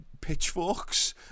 pitchforks